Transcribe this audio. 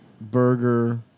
burger